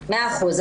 מעמד האישה.